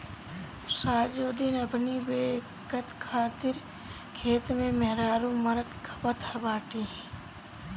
सजो दिन अपनी बेकत खातिर खेते में मेहरारू मरत खपत बाड़ी